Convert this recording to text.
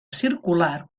circular